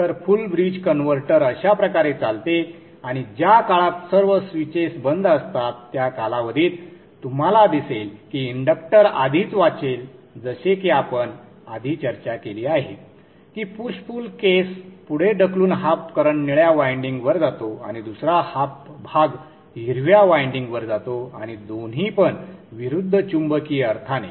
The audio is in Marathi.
तर फुल ब्रिज कन्व्हर्टर अशा प्रकारे चालते आणि ज्या काळात सर्व स्विचेस बंद असतात त्या कालावधीत तुम्हाला दिसेल की इंडक्टर आधीच वाचेल जसे की आपण आधी चर्चा केली आहे की पुशपुल केस पुढे ढकलून हाफ करंट निळ्या वायंडिंग वर जातो आणि दुसरा हाफ भाग हिरव्या वायंडिंग वर जातो आणि दोन्ही पण विरुद्ध चुंबकीय अर्थाने